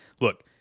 look